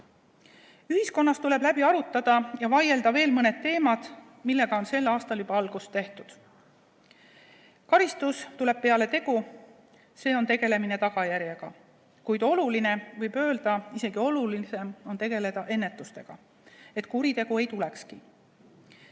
Ühiskonnas tuleb läbi arutada ja läbi vaielda veel mõned teemad, millega on sel aastal juba algust tehtud. Karistus tuleb peale tegu, see on tegelemine tagajärjega, kuid oluline – võib öelda, et isegi olulisem – on tegeleda ennetusega, et kuritegu ei tulekski.